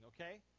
okay